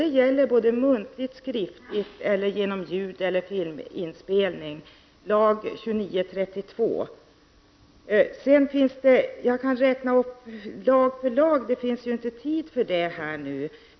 Det gäller om detta görs muntligt, skriftligt eller genom ljudeller filminspelning. Detta är lag 29:32. Jag skulle kunna räkna upp många lagar, men det finns inte tid för detta nu.